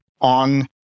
on